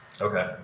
Okay